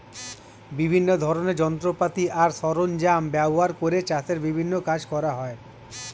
বিভিন্ন ধরনের যন্ত্রপাতি আর সরঞ্জাম ব্যবহার করে চাষের বিভিন্ন কাজ করা হয়